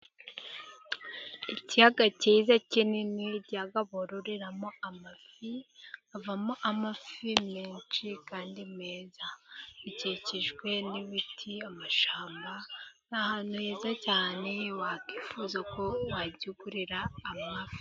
Ikiyaga cyiza kinini, ikiya ga bororeramo amafi, havamo amafi menshi kandi meza, gikikijwe n'ibiti, amashyamba, ni ahantu heza cyane wakwifuza ko wajya ugurira amafi.